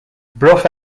brough